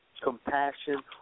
Compassion